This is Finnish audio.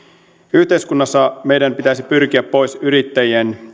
yhteiskunnassa meidän pitäisi pyrkiä pois yrittäjien